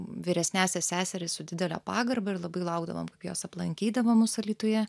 vyresniąsias seseris su didele pagarba ir labai laukdavom kaip jos aplankydavo mus alytuje